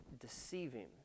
deceiving